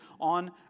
on